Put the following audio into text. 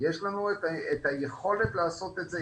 יש לנו את היכולת לעשות את זה,